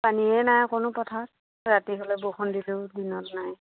পানীয়ে নাই অকণো পথাৰত ৰাতি হ'লে বৰষুন দিলেও দিনত নাই